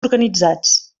organitzats